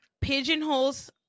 pigeonholes